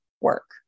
work